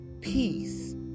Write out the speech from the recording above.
peace